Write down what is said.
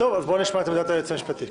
בוא נשמע את עמדת היועצת המשפטית.